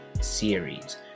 series